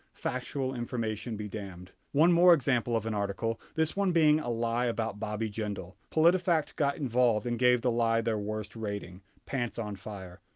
factual information be damned. one more example of an article, this one being a lie about bobby jindal. politifact got involved and gave the lie their worst rating, pants on fire.